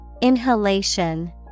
Inhalation